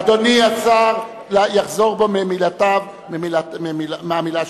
אדוני יחזור בו מהמלה שאמר.